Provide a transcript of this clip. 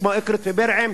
כמו אקרית ובירעם,